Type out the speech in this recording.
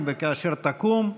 אם וכאשר תקום,